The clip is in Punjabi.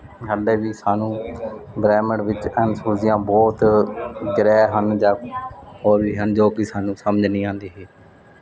ਹਾਲੇ ਵੀ ਸਾਨੂੰ ਬ੍ਰਹਿਮੰਡ ਵਿੱਚ ਅਣਸੁਲਝੇ ਬਹੁਤ ਗ੍ਰਹਿ ਹਨ ਜਾਂ ਹੋਰ ਵੀ ਹਨ ਜੋ ਕਿ ਸਾਨੂੰ ਸਮਝ ਨਹੀਂ ਆਉਂਦੀ ਇਹ